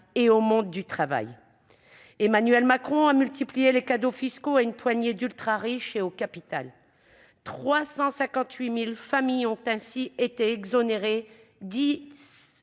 et au monde du travail. Emmanuel Macron a multiplié les cadeaux fiscaux à une poignée d'ultra-riches et au capital : 358 000 familles, dont le patrimoine